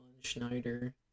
Schneider